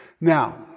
Now